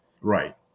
Right